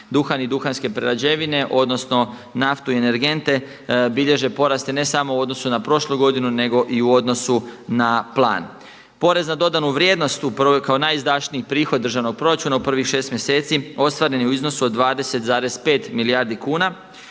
duhan i duhanske prerađevine, odnosno naftu i energente, bilježe porasti ne samo u odnosu na prošlo godinu nego i u odnosu na plan. Porez na dodanu vrijednost kao najizdašniji prihod državnog proračuna u prvih 6 mjeseci ostvaren je u iznosu od 20,5 milijardi kuna